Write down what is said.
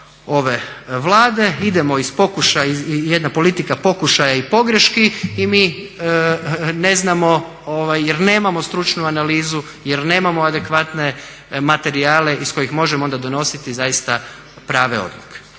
ove Vlade. Idemo iz jedne politike pokušaja i pogreški i mi ne znamo jer nemamo stručnu analizu, jer nemamo adekvatne materijale iz kojih možemo onda donositi zaista prave odluke.